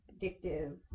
addictive